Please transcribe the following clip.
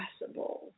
possible